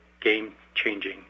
game-changing